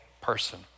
person